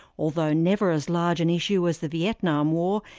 although never as large an issue as the vietnam war,